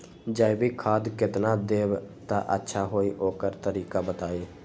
जैविक खाद केतना देब त अच्छा होइ ओकर तरीका बताई?